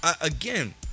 again